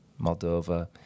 Moldova